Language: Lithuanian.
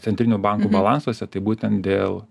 centrinių bankų balansuose tai būtent dėl